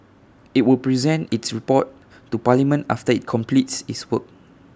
IT will present its report to parliament after IT completes its work